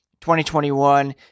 2021